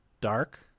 Dark